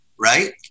right